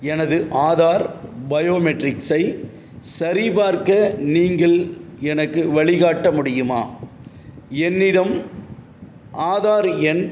எனது ஆதார் பயோமெட்ரிக்ஸை சரிபார்க்க நீங்கள் எனக்கு வழிகாட்ட முடியுமா என்னிடம் ஆதார் எண்